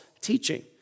teaching